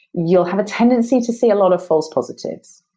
you'll have a tendency to see a lot of false positives.